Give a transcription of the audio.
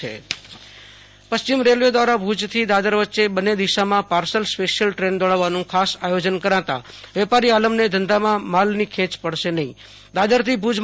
Ashutosh Antani parcel special train પશ્ચિમ railway દ્વારા ભુજ થી દાદર વચ્ચે બન્ને દિશા માં પાર્સલ સ્પેશીયલ ટ્રેન દોડાવવાનું ખાસ આથોજન કરાતા વેપારી આલમ ને ધંધા માં માલ ની ખેંચ પડ્શે નહિ દાદર થી ભુજ